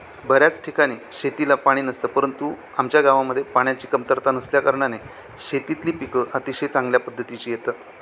बऱ्याच ठिकाणी शेतीला पाणी नसतं परंतु आमच्या गावामध्ये पाण्याची कमतरता नसल्याकारणाने शेतीतली पिकं अतिशय चांगल्या पद्धतीची येतात